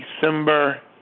December